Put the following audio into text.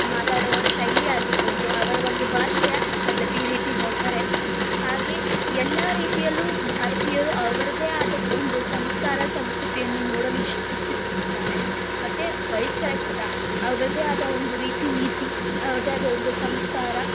ಮಾತಾಡುವ ಶೈಲಿ ಆಗಿರ್ಬೋದು ಅವರ ಒಂದು ಭಾಷೆಯ ಪದ್ಧತಿ ಈ ರೀತಿ ನೋಡ್ತಾರೆ ಹಾಗೆ ಎಲ್ಲ ರೀತಿಯಲ್ಲೂ ಭಾರತೀಯರು ಅವರದೇ ಆದ ಒಂದು ಸಂಸ್ಕಾರ ಸಂಸ್ಕೃತಿಯನ್ನು ನೋಡಲು ಇಚ್ಛಿಸುತ್ತಾರೆ ಮತ್ತು ಬಯಸ್ತಾರೆ ಕೂಡ ಅವರದೇ ಆದ ಒಂದು ರೀತಿ ನೀತಿ ಅವ್ರದ್ದೇ ಆದ ಒಂದು ಸಂಸ್ಕಾರ